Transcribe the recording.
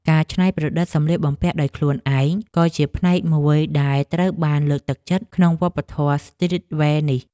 ការច្នៃប្រឌិតសម្លៀកបំពាក់ដោយខ្លួនឯងក៏ជាផ្នែកមួយដែលត្រូវបានលើកទឹកចិត្តក្នុងវប្បធម៌ស្ទ្រីតវែរនេះ។